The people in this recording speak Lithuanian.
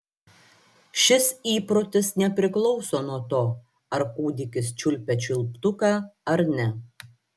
šis įprotis nepriklauso nuo to ar kūdikis čiulpia čiulptuką ar ne